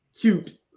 cute